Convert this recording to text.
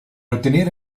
ottenere